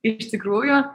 iš tikrųjų